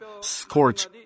scorch